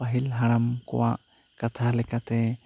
ᱯᱟᱹᱦᱤᱞ ᱦᱟᱲᱟᱢ ᱠᱚᱣᱟᱜ ᱠᱟᱛᱷᱟ ᱞᱮᱠᱟᱛᱮ